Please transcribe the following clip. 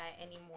anymore